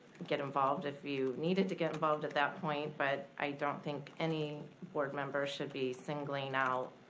get involved if you needed to get involved at that point. but i don't think any board member should be singling out,